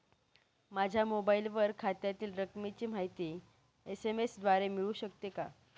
माझ्या मोबाईलवर खात्यातील रकमेची माहिती एस.एम.एस द्वारे मिळू शकते का?